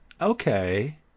Okay